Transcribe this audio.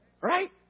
Right